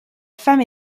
femme